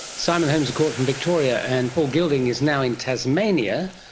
simon holmes a court from victoria. and paul gilding is now in tasmania.